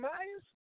Myers